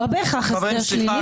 זה לא בהכרח הסדר שלילי,